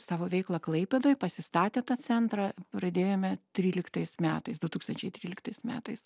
savo veiklą klaipėdoj pasistatė tą centrą pradėjome tryliktais metais du tūkstančiai tryliktais metais